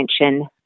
attention